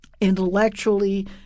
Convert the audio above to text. intellectually